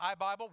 iBible